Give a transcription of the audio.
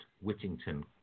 Whittington